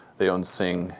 they own singha.